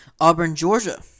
Auburn-Georgia